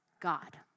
God